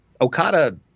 Okada